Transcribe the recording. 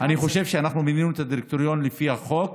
אני חושב שמינינו את הדירקטוריון לפי החוק.